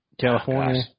California